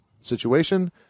situation